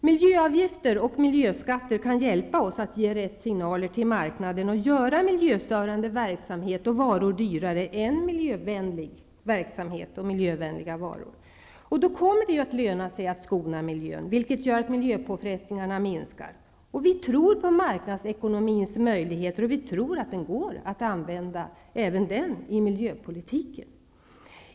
Miljöavgifter och miljöskatter kan hjälpa oss att ge rätt signaler till marknaden och göra miljöstörande verksamhet och varor dyrare än miljövänlig verksamhet och miljövänliga varor. Då kommer det att löna sig att skona miljön, vilket gör att miljöpåfrestningarna minskar. Vi tror på marknadsekonomins möjligheter, och vi tror att den går att använda även i miljöpolitiken.